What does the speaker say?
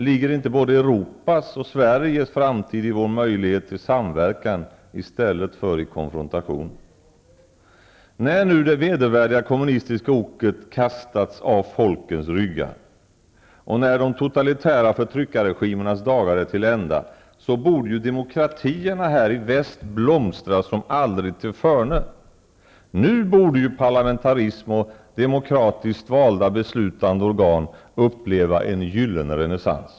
Ligger inte både Europas och Sveriges framtid i våra möjligheter till samverkan i stället för i konfrontation? När nu det vedervärdiga kommunistiska oket kastats av folkens ryggar och när de totalitära förtryckarregimernas dagar är till ända, borde demokratierna här i väst blomstra som aldrig tillförne. Nu borde parlamentarism och demokratiskt valda beslutande organ uppleva en gyllene renässans.